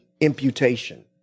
imputation